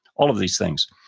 all of these things,